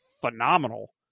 phenomenal